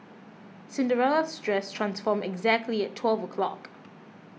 Cinderella's dress transformed exactly at twelve o'clock